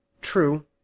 True